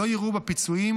לא יראו בפיצויים